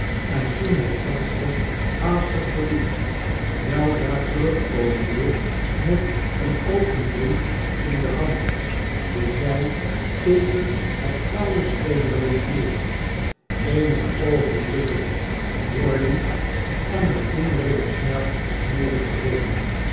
en toen het venster haastig verliet weldra terugkomende met een open brief in de hand dien zij tegen het flauwe schemerlicht hield eenige oogenblikken doorliep en er toen weder snel mede verdween